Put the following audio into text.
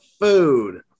food